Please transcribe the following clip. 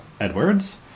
Edwards